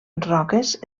roques